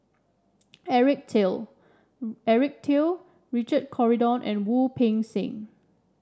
Eric Teo Eric Teo Richard Corridon and Wu Peng Seng